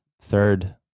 third